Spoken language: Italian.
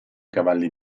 cavalli